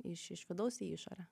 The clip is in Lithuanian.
iš iš vidaus į išorę